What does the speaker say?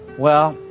well,